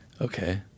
Okay